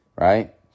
Right